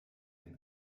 den